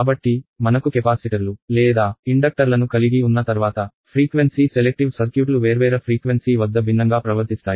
కాబట్టి మనకు కెపాసిటర్లు లేదా ఇండక్టర్లను కలిగి ఉన్న తర్వాత ఫ్రీక్వెన్సీ సెలెక్టివ్ సర్క్యూట్లు వేర్వేరు పౌన పున్యం వద్ద భిన్నంగా ప్రవర్తిస్తాయి